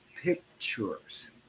pictures